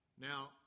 Now